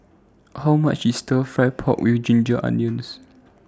How much IS Stir Fried Pork with Ginger Onions